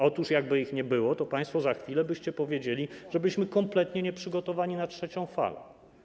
Otóż jakby ich nie było, to państwo za chwilę byście powiedzieli, że byliśmy kompletnie nieprzygotowani na trzecią falę.